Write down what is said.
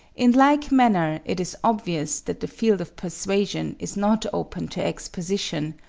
in like manner, it is obvious that the field of persuasion is not open to exposition,